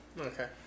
Okay